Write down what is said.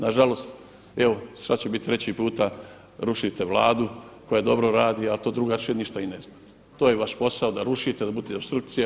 Na žalost evo sad će biti treći puta rušite Vladu koja dobro radi, a to drugačije ništa i ne znate, to je vaš posao da rušite, da budete opstrukcija.